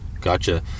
gotcha